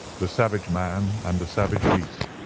the savage man, and the savage beast,